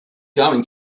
going